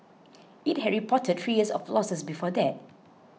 it had reported three years of losses before that